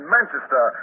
Manchester